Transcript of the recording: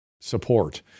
support